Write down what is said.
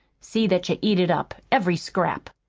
see that you eat it up every scrap,